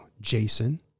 Jason